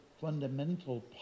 fundamental